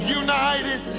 united